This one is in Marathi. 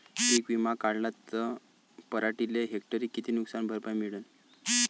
पीक विमा काढला त पराटीले हेक्टरी किती नुकसान भरपाई मिळीनं?